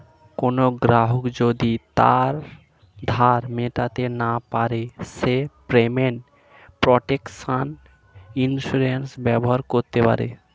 কোনো গ্রাহক যদি তার ধার মেটাতে না পারে সে পেমেন্ট প্রটেকশন ইন্সুরেন্স ব্যবহার করতে পারে